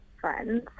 friends